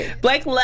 Blake